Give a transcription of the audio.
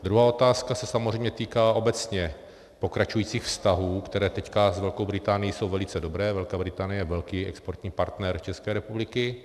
Druhá otázka se samozřejmě týká obecně pokračujících vztahů, které teď s Velkou Británií jsou velice dobré, Velká Británie je velký exportní partner České republiky.